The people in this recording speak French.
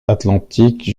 atlantique